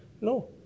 No